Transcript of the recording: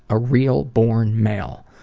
a real born male.